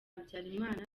habyarimana